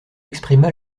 exprima